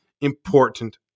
important